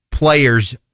Players